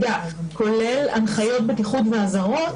כולל הנחיות בטיחות ואזהרות,